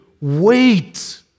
wait